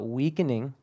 weakening